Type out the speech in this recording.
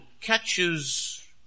catches